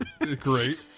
great